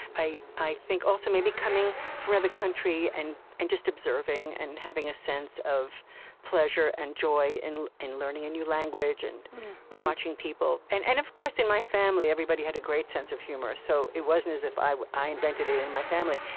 i i think, also, maybe, coming from another country and and just observing and having a sense of pleasure and joy in in learning a new language and watching people. and and of course, in my family, everybody everybody had a great sense of humor, so it wasn't as if i i invented it in my family.